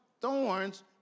thorns